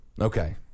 Okay